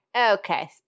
Okay